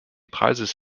preises